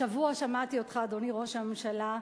השבוע שמעתי אותך, אדוני ראש הממשלה,